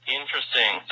interesting